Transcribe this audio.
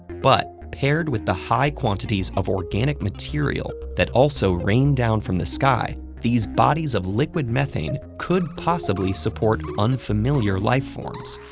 but, paired with the high quantities of organic material that also rain down from the sky, these bodies of liquid methane could possibly support unfamiliar life forms.